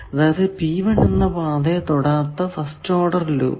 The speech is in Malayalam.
അതായതു P1 എന്ന പാതയെ തൊടാത്ത ഫസ്റ്റ് ഓഡർ ലൂപ്പ്